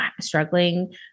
struggling